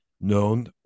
known